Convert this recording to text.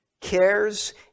cares